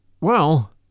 Well